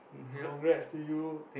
congrats to you